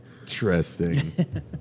Interesting